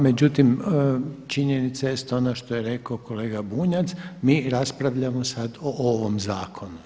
Međutim činjenica jest ono što je rekao kolega Bunjac, mi raspravljamo sada o ovom zakonu.